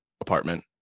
apartment